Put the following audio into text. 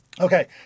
Okay